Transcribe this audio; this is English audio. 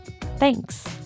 Thanks